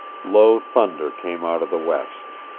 low thunder came out of the west.